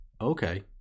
okay